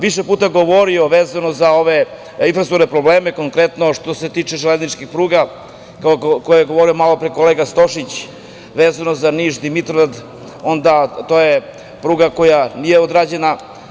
Više puta sam govorio vezano za ove infrastrukturne probleme, konkretno što se tiče železničkih pruga o kojima je govorio malopre kolega Stošić vezano za Niš-Dimitrovgrad, to je pruga koja nije odrađena.